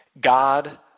God